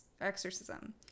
exorcism